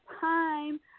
time